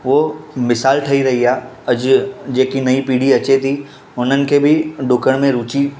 उहो मिसालु ठही रही आहे अॼु जेकी नईं पीढ़ी अचे थी हुननि खे बि डुकण में रुची